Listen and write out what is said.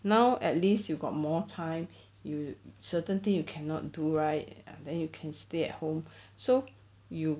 now at least you got more time you certain thing you cannot do right then you can stay at home so you